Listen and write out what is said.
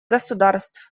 государств